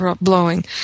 blowing